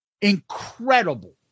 incredible